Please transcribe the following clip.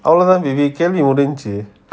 all of them maybe கேவலி முடிஞ்சி:keavli mudinchi